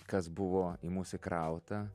kas buvo į mus įkrauta